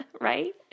Right